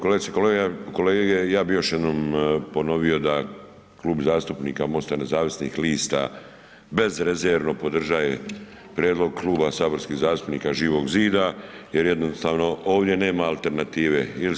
Kolegice i kolege, ja bih još jednom ponovio da Klub zastupnika MOST-a Nezavisnih lista bezrezervno podržaje prijedlog Kluba saborskih zastupnika Živog zida jer jednostavno ovdje nema alternative.